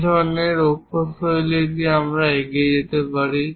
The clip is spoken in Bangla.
এই ধরনের অক্ষর শৈলী দিয়ে আমরা এগিয়ে যেতে পারি